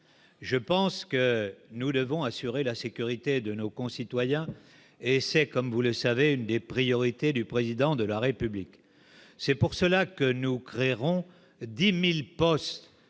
je pense que nous devons assurer la sécurité de nos concitoyens et c'est, comme vous le savez, une des priorités du président de la République, c'est pour cela que nous créerons 10000 postes